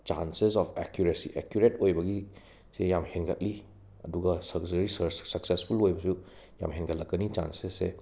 chances of accuracy accurate ꯑꯣꯏꯕꯒꯤꯁꯦ ꯌꯥꯝ ꯍꯦꯟꯒꯠꯂꯤ ꯑꯗꯨꯒ ꯁꯔꯖꯔꯤ ꯁꯛꯁꯦꯁꯐꯨꯜ ꯑꯣꯏꯕꯁꯨ ꯌꯥꯝ ꯍꯦꯟꯒꯠꯂꯛꯀꯅꯤ ꯆꯥꯟꯁꯦꯁ ꯁꯦ